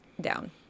down